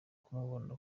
kumubona